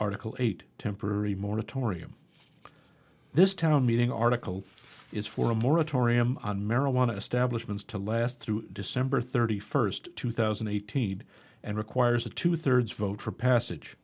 article eight temporary moratorium this town meeting article is for a moratorium on marijuana establishments to last through december thirty first two thousand and eighteen and requires a two thirds vote for passage